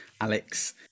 Alex